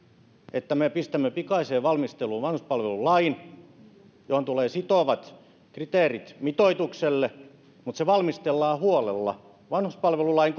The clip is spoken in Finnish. että me pistämme pikaiseen valmisteluun vanhuspalvelulain johon tulee sitovat kriteerit mitoitukselle mutta se valmistellaan huolella vanhuspalvelulain